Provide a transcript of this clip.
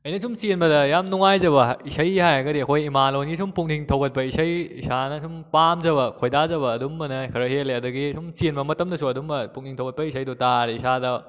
ꯑꯩꯅ ꯁꯨꯝ ꯆꯦꯟꯕꯗ ꯌꯥꯝ ꯅꯨꯡꯉꯥꯏꯖꯕ ꯏꯁꯩ ꯍꯥꯏꯔꯒꯗꯤ ꯑꯩꯈꯣꯏ ꯏꯃꯥꯂꯣꯟꯒꯤ ꯁꯨꯝ ꯄꯨꯛꯅꯤꯡ ꯊꯧꯒꯠꯄ ꯏꯁꯩ ꯏꯁꯥꯅ ꯁꯨꯝ ꯄꯥꯝꯖꯕ ꯈꯣꯏꯗꯖꯕ ꯑꯗꯨꯝꯕꯅ ꯈꯔ ꯍꯦꯜꯂꯦ ꯑꯗꯒꯤ ꯁꯨꯝ ꯆꯦꯟꯕ ꯃꯇꯝꯗꯁꯨ ꯑꯗꯨꯝꯕ ꯄꯨꯛꯅꯤꯡ ꯊꯧꯒꯠꯄ ꯏꯁꯩꯗꯨ ꯇꯥꯔ ꯏꯁꯥꯗ